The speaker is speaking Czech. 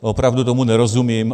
Opravdu tomu nerozumím.